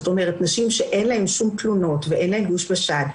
זאת אומרת נשים שאין להן שום תלונות ואין להן גוש בשד,